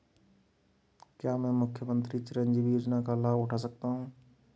क्या मैं मुख्यमंत्री चिरंजीवी योजना का लाभ उठा सकता हूं?